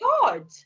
god